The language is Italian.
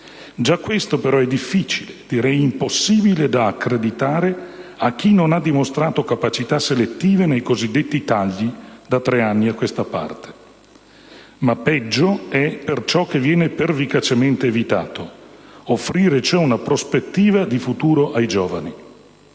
Già questo però è difficile, direi impossibile da accreditare a chi non ha dimostrato capacità selettive nei cosiddetti tagli da tre anni a questa parte. Ma peggio è per ciò che viene pervicacemente evitato: offrire, cioè, una prospettiva di futuro ai giovani.